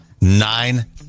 nine